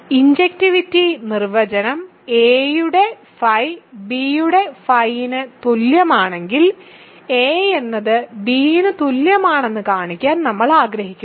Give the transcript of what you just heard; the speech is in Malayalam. ഇൻജക്റ്റിവിറ്റിയുടെ നിർവചനം a യുടെ phi b യുടെ phi ന് തുല്യമാണെങ്കിൽ a എന്നത് b ന് തുല്യമാണെന്ന് കാണിക്കാൻ നമ്മൾ ആഗ്രഹിക്കുന്നു